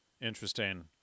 Interesting